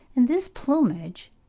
and this plumage,